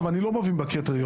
אני לא מבין בקריטריונים.